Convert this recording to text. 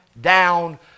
down